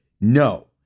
no